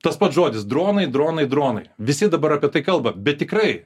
tas pats žodis dronai dronai dronai visi dabar apie tai kalba bet tikrai